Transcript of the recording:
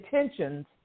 intentions